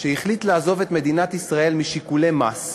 שהחליט לעזוב את מדינת ישראל משיקולי מס.